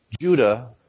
Judah